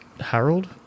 Harold